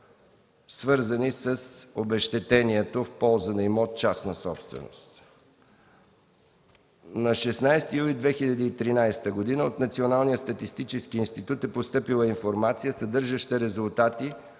свързани с обезщетението в полза на имот – частна собственост. На 16 юли 2013 г. от Националния статистически институт е постъпила информация, съдържаща резултати